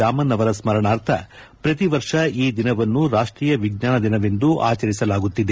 ರಾಮನ್ ಅವರ ಸ್ಮರಣಾರ್ಥ ಪ್ರತಿ ವರ್ಷ ಈ ದಿನವನ್ನು ರಾಷ್ಟೀಯ ವಿಜ್ಞಾನ ದಿನವೆಂದು ಆಚರಿಸಲಾಗುತ್ತಿದೆ